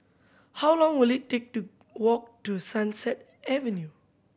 how long will it take to walk to Sunset Avenue